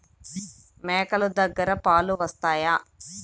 మేక లు దగ్గర పాలు వస్తాయా?